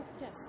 Yes